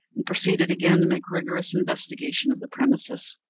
and proceeded again to make rigorous investigation of the premises.